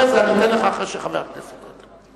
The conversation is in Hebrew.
אחרי חבר הכנסת אני אתן לך.